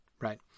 right